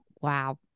wow